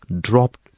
dropped